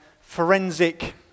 forensic